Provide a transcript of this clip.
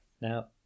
Now